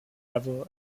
level